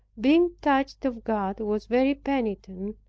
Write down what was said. being touched of god, was very penitent,